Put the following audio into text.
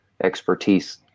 expertise